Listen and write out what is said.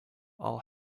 all